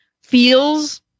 feels